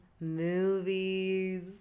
movies